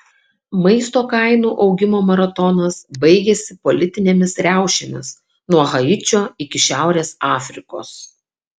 maisto kainų augimo maratonas baigėsi politinėmis riaušėmis nuo haičio iki šiaurės afrikos